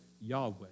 Yahweh